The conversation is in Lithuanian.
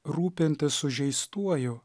rūpintis sužeistuoju